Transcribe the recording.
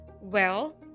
Well